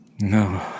No